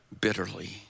bitterly